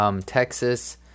Texas –